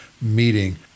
meeting